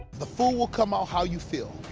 the food will come out how you feel.